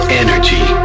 energy